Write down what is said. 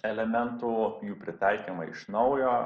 elementų jų pritaikymą iš naujo